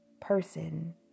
person